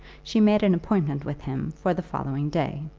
she made an appointment with him for the following day.